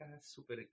super